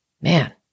Man